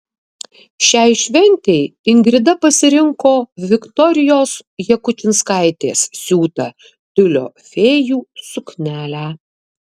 šiai šventei ingrida pasirinko viktorijos jakučinskaitės siūtą tiulio fėjų suknelę